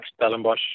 Stellenbosch